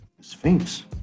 Sphinx